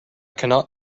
cannot